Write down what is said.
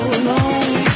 alone